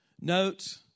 Note